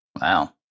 Wow